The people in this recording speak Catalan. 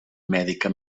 mèdica